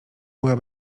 była